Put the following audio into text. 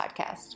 podcast